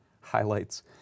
highlights